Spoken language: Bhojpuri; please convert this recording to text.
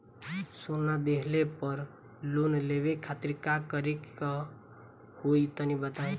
सोना दिहले पर लोन लेवे खातिर का करे क होई तनि बताई?